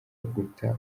guta